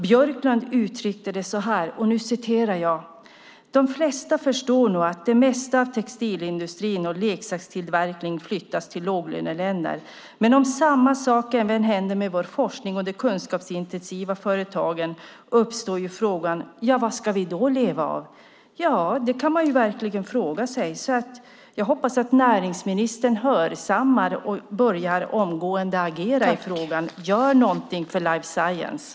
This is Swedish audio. Björklund uttryckte det så här: "De flesta förstår nog att det mesta av textilindustrin och leksakstillverkningen flyttats till låglöneländerna, men om samma sak även händer med vår forskning och de kunskapsintensiva företagen uppstår ju frågan vad vi ska leva av." Det kan man verkligen fråga sig. Jag hoppas att näringsministern hörsammar detta och omgående börjar agera i frågan. Gör någonting för life science!